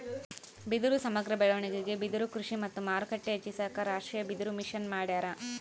ಬಿದಿರು ಸಮಗ್ರ ಬೆಳವಣಿಗೆಗೆ ಬಿದಿರುಕೃಷಿ ಮತ್ತು ಮಾರುಕಟ್ಟೆ ಹೆಚ್ಚಿಸಾಕ ರಾಷ್ಟೀಯಬಿದಿರುಮಿಷನ್ ಮಾಡ್ಯಾರ